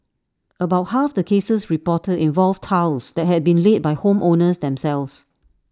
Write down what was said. about half the cases reported involved tiles that had been laid by home owners themselves